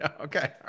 Okay